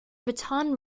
baton